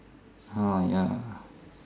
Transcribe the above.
!haiya!